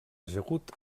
ajagut